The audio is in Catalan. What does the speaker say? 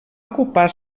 ocupar